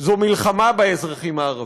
היא מלחמה באזרחים הערבים,